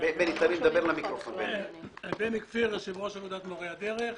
אני יושב-ראש אגודת מורי הדרך.